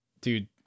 Dude